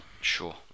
Sure